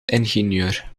ingenieur